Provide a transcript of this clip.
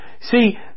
See